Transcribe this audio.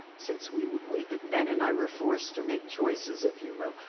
since we've we've been. ben and i were forced to make choices, if you will.